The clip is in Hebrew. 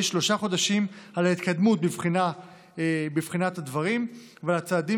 שלושה חודשים על ההתקדמות בבחינת הדברים ועל הצעדים